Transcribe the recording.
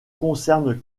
concerne